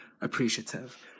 appreciative